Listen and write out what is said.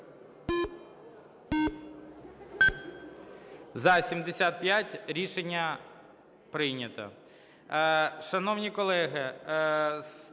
– 13. Рішення прийнято.